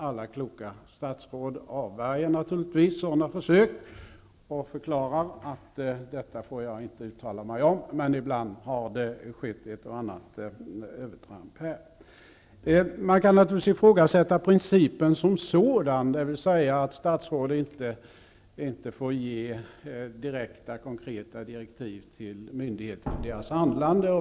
Alla kloka statsråd avvärjer naturligtvis sådana försök och förklarar att de inte får uttala sig i frågan. Men det har skett ett och annat övertramp. Man kan naturligtvis ifrågasätta principen som sådan, dvs. att statsråd inte får ge direkta konkreta direktiv till myndigheter rörande deras handlande.